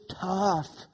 tough